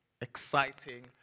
exciting